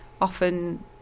often